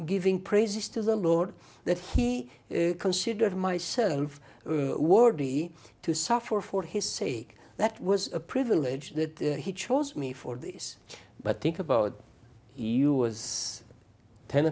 giving praises to the lord that he considered myself worthy to suffer for his sake that was a privilege that he chose me for this but think about us ten